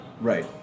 right